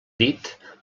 dit